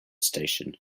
station